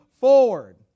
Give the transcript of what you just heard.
forward